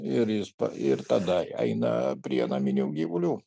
ir jis ir tada aina prie naminių gyvulių